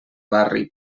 barri